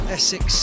Essex